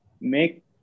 make